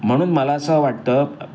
म्हणून मला असं वाटतं